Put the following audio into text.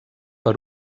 per